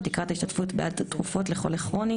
ותקרת ההשתתפות בעד תרופות לחולה כרוני,